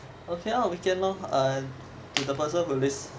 okay lah weekend lor or if the person who list